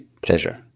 pleasure